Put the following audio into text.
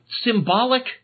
symbolic